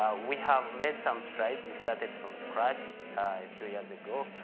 um we have made some strides. we started from scratch a few years ago.